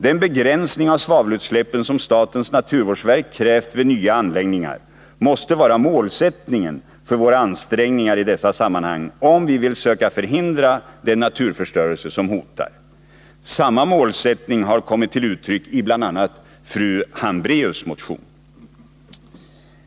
Den begränsning av svavelutsläppen som statens naturvårdsverk krävt vid nya anläggningar måste vara målsättningen för våra ansträngningar i dessa sammanhang, om vi vill söka förhindra den naturförstörelse som hotar. Samma målsättning har kommit till uttryck i bl.a. fru Hambraeus motion.